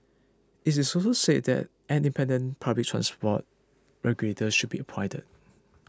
it is also say that an independent public transport regulator should be appointed